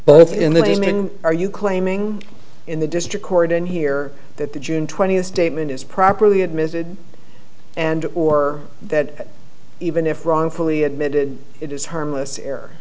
both in the days when are you claiming in the district court and here that the june twentieth statement is properly admitted and or that even if wrongfully admitted it is harmless